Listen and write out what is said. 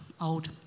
old